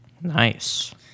Nice